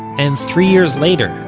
and three years later,